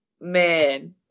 Man